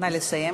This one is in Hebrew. נא לסיים.